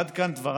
עד כאן דבריי.